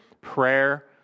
Prayer